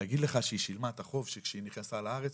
להגיד לך שהיא שילמה את החוב כשהיא נכנסה לארץ?